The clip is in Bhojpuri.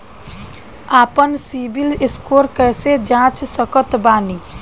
आपन सीबील स्कोर कैसे जांच सकत बानी?